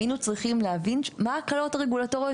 היינו צריכים להבין מה ההקלות הרגולטוריות